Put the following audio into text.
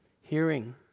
Hearing